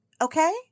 Okay